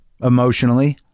emotionally